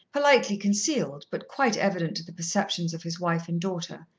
politely concealed, but quite evident to the perceptions of his wife and daughter,